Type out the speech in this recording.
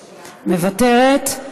מוותרת,